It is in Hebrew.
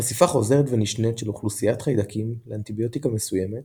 חשיפה חוזרת ונשנית של אוכלוסיית חיידקים לאנטיביוטיקה מסוימת